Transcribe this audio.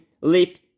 lift